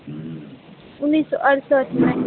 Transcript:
उन्नैस सौ अठसठिमे